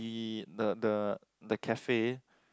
the the the cafe